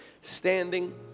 standing